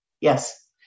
yes